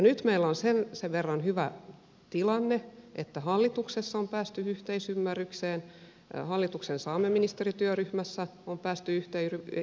nyt meillä on sen verran hyvä tilanne että hallituksessa ja hallituksen saamelaisasioiden ministerityöryhmässä on päästy yhteisymmärrykseen